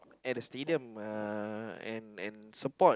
at the stadium uh and and support